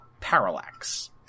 Parallax